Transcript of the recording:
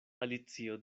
alicio